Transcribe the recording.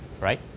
right